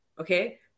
okay